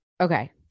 Okay